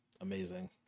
amazing